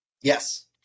Yes